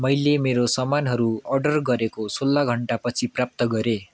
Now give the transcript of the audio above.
मैले मेरो सामानहरू अर्डर गरेको सोह्र घण्टा पछि प्राप्त गरेँ